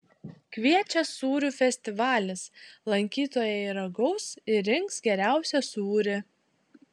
kviečia sūrių festivalis lankytojai ragaus ir rinks geriausią sūrį